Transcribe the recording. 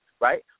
right